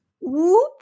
Whoop